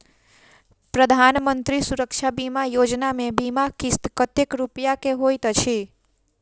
प्रधानमंत्री सुरक्षा बीमा योजना मे बीमा किस्त कतेक रूपया केँ होइत अछि?